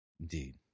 Indeed